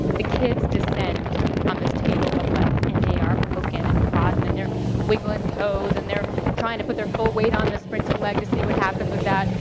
the kids descend on this table of legs, and they are poking and prodding, and they're wiggling toes, and they're trying to put their full weight on the sprinting leg to see what happens with that.